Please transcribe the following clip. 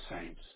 saints